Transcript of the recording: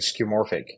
skeuomorphic